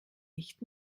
nicht